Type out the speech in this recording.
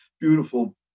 beautiful